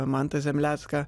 mantą zemlecką